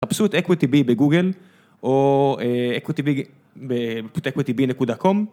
תפסו את equitybee בגוגל ואת equitybee.com